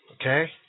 Okay